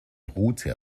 rute